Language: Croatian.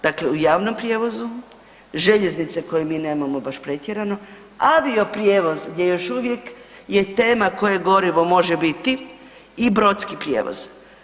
Dakle, u javnom prijevozu, željeznice koje mi nemamo baš pretjerano, avioprijevoz gdje još uvijek je tema koje gorivo može biti i brodski prijevoz.